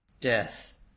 death